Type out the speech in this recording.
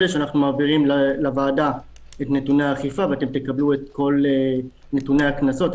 אנחנו מעבירים לוועדה את נתוני האכיפה ותקבלו את כל נתוני הקנסות.